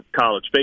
college